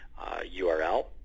URL